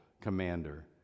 commander